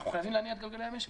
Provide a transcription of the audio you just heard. אנחנו חייבים להניע את גלגלי המשק,